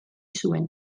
zuen